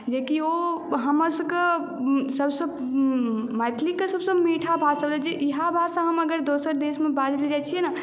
जे कि ओ हमर सभकेँ सभसँ मैथिलीके सभसँ मीठा भाषा होइत छै इएह भाषा हम अगर दोसर देशमे बाजऽ लेल जाइत छियै ने